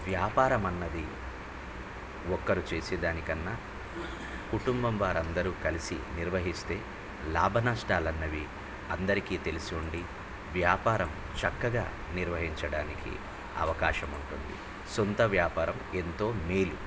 వ్యాపారం అన్నది ఒక్కరు చేసే దానికన్నా కుటుంబం వారందరూ కలిసి నిర్వహిస్తే లాభ నష్టాలన్నవి అందరికీ తెలిసి ఉండి వ్యాపారం చక్కగా నిర్వహించడానికి అవకాశం ఉంటుంది సొంత వ్యాపారం ఎంతో మేలు